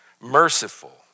merciful